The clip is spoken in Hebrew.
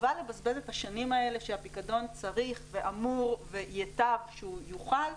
חבל לבזבז את השנים האלה שהפיקדון צריך ואמור וייטב שהוא יוחל.